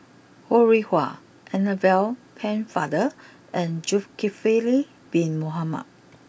Ho Rih Hwa Annabel Pennefather and Zulkifli Bin Mohamed